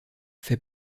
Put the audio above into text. fait